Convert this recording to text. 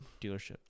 dealership